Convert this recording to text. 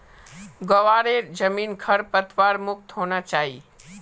ग्वारेर जमीन खरपतवार मुक्त होना चाई